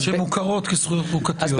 שמוכרות כזכויות חוקתיות.